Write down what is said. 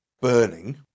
burning